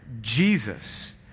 Jesus